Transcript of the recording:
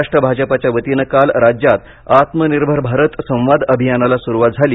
महाराष्ट्र भाजपाच्या वतीनं काल राज्यात आत्मनिर्भर भारत संवाद अभियानाला सुरुवात झाली